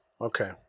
Okay